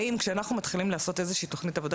כשאנחנו מתחילים לעשות איזושהי תוכנית עבודה,